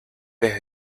test